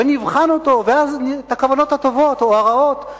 ונבחן את הכוונות הטובות או הרעות של יריבינו,